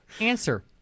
Answer